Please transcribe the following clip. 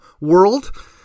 world